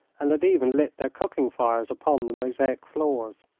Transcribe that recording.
and had even lit their cooking fires upon the mosaic floors.